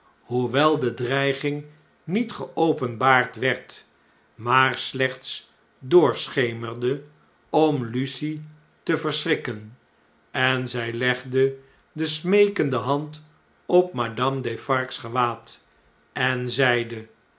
hoewel de bedreiging niet geopenbaard werd maar slechts doorschemerde om lucie te verschrikken en zij legde de smeekende hand op madame defarge's gewaad en zeide